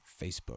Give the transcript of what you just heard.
Facebook